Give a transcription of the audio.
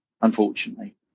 Unfortunately